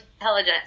intelligence